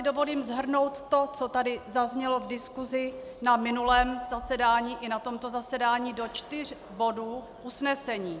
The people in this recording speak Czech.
Dovolím si shrnout to, co tady zaznělo v diskusi na minulém zasedání i na tomto zasedání, do čtyř bodů usnesení.